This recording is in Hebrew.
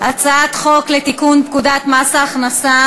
הצעת חוק לתיקון פקודת מס הכנסה